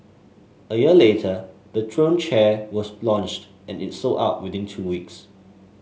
a year later the throne chair was launched and it sold out within two weeks